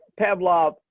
Pavlov